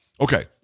Okay